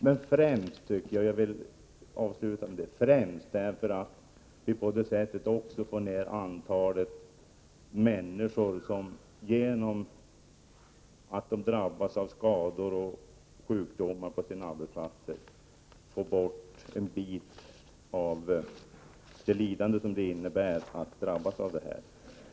Men främst får vi en minskning av antalet människor som drabbas av skador och sjukdomar på sina arbetsplatser och får lida för det.